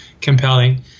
compelling